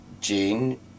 Gene